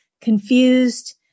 confused